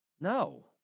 No